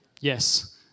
Yes